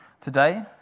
today